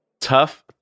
tough